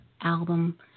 album